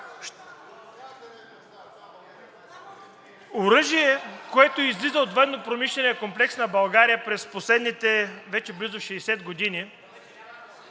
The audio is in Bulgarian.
Оръжие, което излиза от военнопромишления комплекс на България през последните вече близо 60 години,